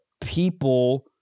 people